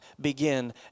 begin